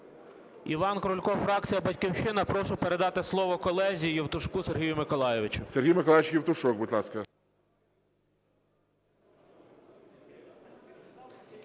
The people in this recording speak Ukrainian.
Іван Крулько, фракція "Батьківщина". Прошу передати слово колезі Євтушку Сергію Миколайовичу.